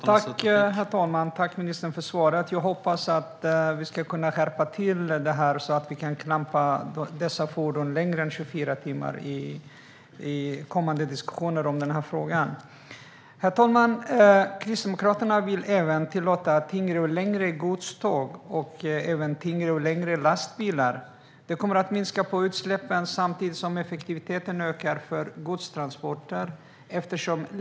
Herr talman! Tack, ministern, för svaret! Jag hoppas att vi i kommande diskussioner kan komma fram till att man ska kunna skärpa till detta så att dessa fordon kan klampas längre än 24 timmar. Kristdemokraterna vill även tillåta tyngre och längre godståg och även tyngre och längre lastbilar. Det minskar utsläppen samtidigt som effektiviteten för godstransporter ökar.